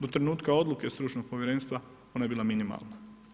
Do trenutka odluke stručnog povjerenstva, ona je bila minimalna.